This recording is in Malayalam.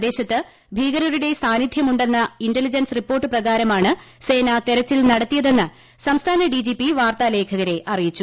പ്രദേശത്ത് ഭീകരരുടെ സാന്നിധൃമുണ്ടെന്ന ഇന്റലിജൻസ് റിപ്പോർട്ട് പ്രകാരമാണ് സേന തെരച്ചിൽ നടത്തിയതെന്ന് സംസ്ഥാന ഡിജിപി വാർത്താലേഖകരെ അറിയിച്ചു